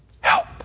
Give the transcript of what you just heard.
help